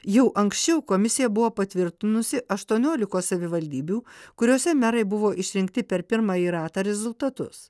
jau anksčiau komisija buvo patvirtinusi aštuoniolikos savivaldybių kuriose merai buvo išrinkti per pirmąjį ratą rezultatus